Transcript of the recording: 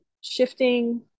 shifting